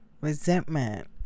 resentment